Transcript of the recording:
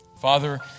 Father